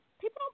people